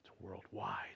worldwide